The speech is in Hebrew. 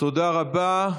תודה רבה.